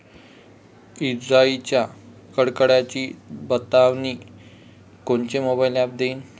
इजाइच्या कडकडाटाची बतावनी कोनचे मोबाईल ॲप देईन?